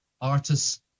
artists